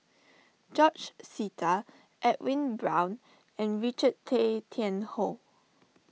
George Sita Edwin Brown and Richard Tay Tian Hoe